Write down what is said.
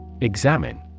Examine